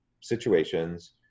situations